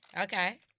Okay